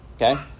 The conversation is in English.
Okay